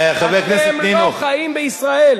אתם לא חיים בישראל.